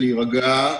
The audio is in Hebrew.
להירגע,